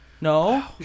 No